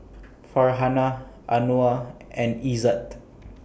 Farhanah Anuar and Izzat